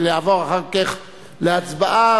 אחר כך להצבעה.